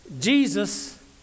Jesus